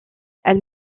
elle